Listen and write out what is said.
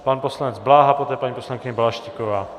Pan poslanec Bláha, poté paní poslankyně Balaštíková.